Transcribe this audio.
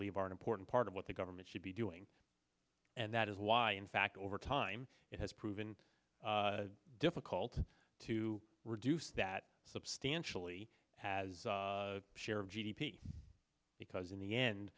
eve are an important part of what the government should be doing and that is why in fact over time it has proven difficult to reduce that substantially has a share of g d p because in the end